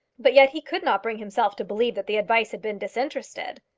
but yet he could not bring himself to believe that the advice had been disinterested.